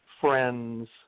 friends